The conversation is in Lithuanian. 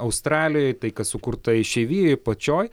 australijoj tai kas sukurta išeivijoj pačioje